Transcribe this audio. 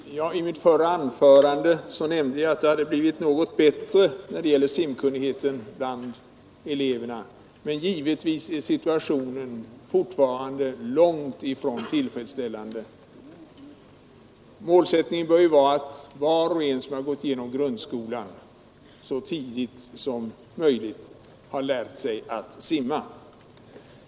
Fru talman! I mitt förra anförande nämnde jag att simkunnigheten blivit något bättre bland eleverna, men givetvis är situationen fortfarande långt ifrån tillfredsställande. Må tningen bör vara att var och en, som genomgått grundskolan, så tidigt som möjligt har lärt sig att simma.